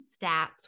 stats